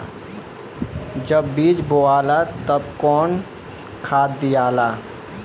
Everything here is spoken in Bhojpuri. जब बीज बोवाला तब कौन खाद दियाई?